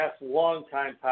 long-time